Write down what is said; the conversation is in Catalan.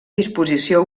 disposició